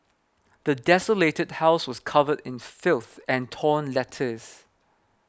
the desolated house was covered in filth and torn letters